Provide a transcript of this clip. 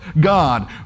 God